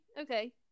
okay